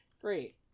great